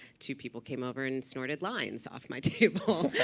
two people came over and snorted lines off my table.